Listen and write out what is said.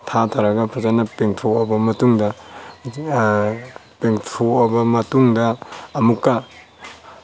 ꯊꯥꯊꯔꯒ ꯐꯖꯅ ꯄꯦꯊꯣꯛꯑꯕ ꯃꯇꯨꯡꯗ ꯇꯦꯡꯊꯣꯛꯑꯕ ꯃꯇꯨꯡꯗ ꯑꯃꯨꯛꯀ